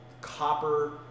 copper